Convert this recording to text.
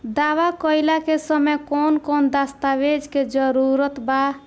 दावा कईला के समय कौन कौन दस्तावेज़ के जरूरत बा?